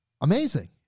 amazing